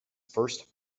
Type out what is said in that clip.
first